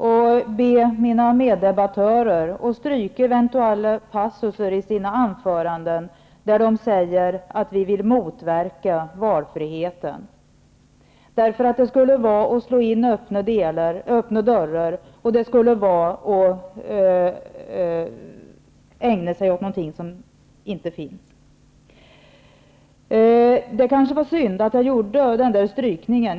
att be mina meddebattörer att stryka eventuella passus i sina anföranden där de säger att vi socialdemokrater vill motverka valfrihet. Det skulle vara att slå in öppna dörrar och att ägna sig åt något som inte finns. Det är kanske synd att jag strök den inledningen.